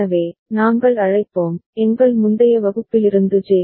எனவே நாங்கள் அழைப்போம் எங்கள் முந்தைய வகுப்பிலிருந்து ஜே